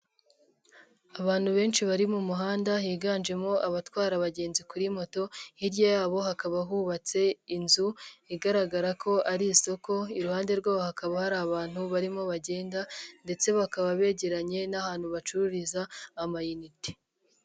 Abantu benshi bari mu muhanda higanjemo abatwara abagenzi kuri moto, hirya yabo hakaba hubatse inzu igaragara ko ari isoko, iruhande rwe hakaba hari abantu barimo bagenda ndetse bakaba begeranye n'ahantu bacururiza amayinite.